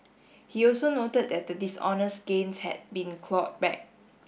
he also noted that the dishonest gains had been clawed back